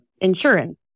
insurance